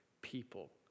people